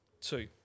two